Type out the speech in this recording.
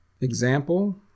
Example